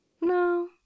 No